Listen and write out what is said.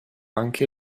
anche